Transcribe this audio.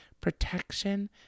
protection